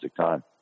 time